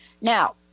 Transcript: Now